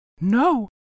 No